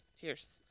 cheers